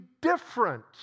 different